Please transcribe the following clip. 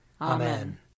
Amen